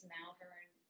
Malvern